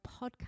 podcast